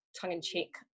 tongue-in-cheek